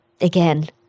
again